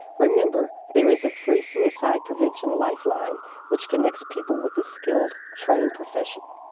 remember, there is a free suicide prevention lifeline which connects people with the skilled, trained profession.